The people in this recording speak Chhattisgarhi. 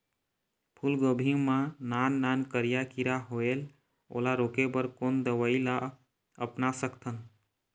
फूलगोभी मा नान नान करिया किरा होयेल ओला रोके बर कोन दवई ला अपना सकथन?